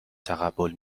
تقبل